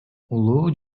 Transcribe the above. улуу